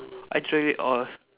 actually oil